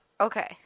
Okay